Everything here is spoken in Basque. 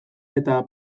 eta